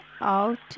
out